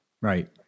Right